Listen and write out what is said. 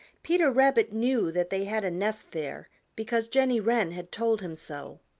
peter rabbit knew that they had a nest there because jenny wren had told him so.